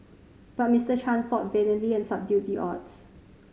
but Mister Chan fought valiantly and subdued the odds